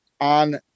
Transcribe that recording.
on